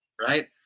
Right